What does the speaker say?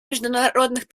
международных